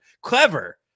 clever